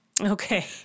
Okay